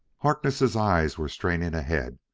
harkness' eyes were straining ahead,